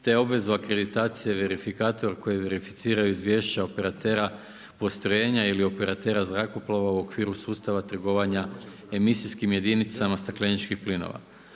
te obvezu akreditacije verifikator koji verificira izvješća operatera postrojenja ili operatera zrakoplova u okviru sustava trgovanja emisijskim jedinicama stakleničkih plinova.